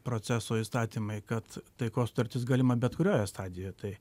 proceso įstatymai kad taikos sutartis galima bet kurioje stadijoje tai